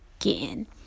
again